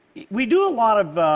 we do a lot of